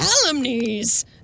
calumnies